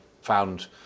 found